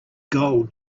gold